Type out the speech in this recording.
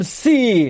see